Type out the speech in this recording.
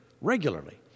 regularly